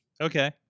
Okay